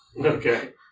Okay